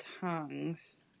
tongues